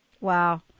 Wow